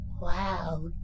wow